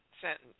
sentence